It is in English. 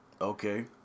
Okay